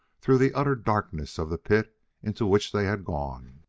through the utter darkness of the pit into which they had gone.